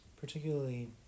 particularly